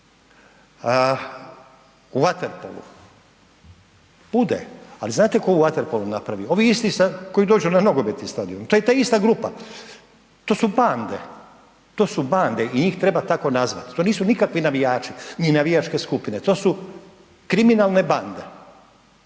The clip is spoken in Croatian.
u vaterpolu? Bude, ali znate tko u vaterpolu napravi, ovi isti koji dođu na nogometni stadion, to je ta ista grupa, to su bande, to su bande i njih treba tako nazvati, to nisu nikakvi navijači ni navijačke skupine, to su kriminalne bande